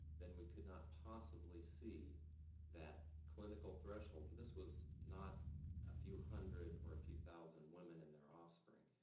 then we could not possibly see that clinical threshold and this was not a few hundred or a few thousand women and their offspring,